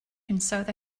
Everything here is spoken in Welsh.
hinsawdd